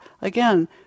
again